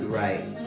right